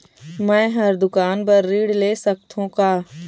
मैं हर दुकान बर ऋण ले सकथों का?